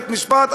בית-משפט,